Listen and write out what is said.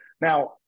Now